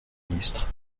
ministre